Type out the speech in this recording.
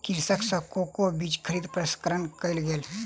कृषक सॅ कोको बीज खरीद प्रसंस्करण कयल गेल